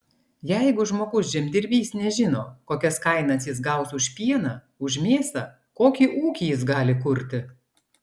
jeigu žmogus žemdirbys nežino kokias kainas jis gaus už pieną už mėsą kokį ūkį jis gali kurti